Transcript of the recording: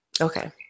Okay